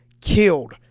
killed